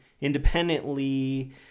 independently